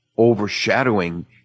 overshadowing